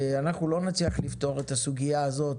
לא נצליח לפתור את הסוגיה הזאת